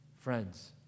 friends